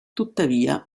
tuttavia